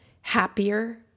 happier